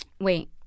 Wait